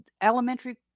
elementary